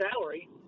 salary